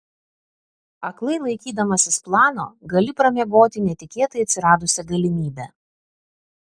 aklai laikydamasis plano gali pramiegoti netikėtai atsiradusią galimybę